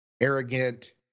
arrogant